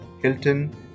Hilton